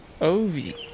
Ovi